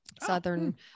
southern